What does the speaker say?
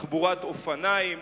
תחבורת אופניים,